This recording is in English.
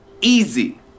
easy